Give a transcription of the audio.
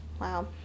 wow